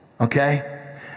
okay